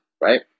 right